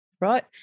right